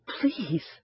please